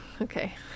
okay